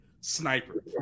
sniper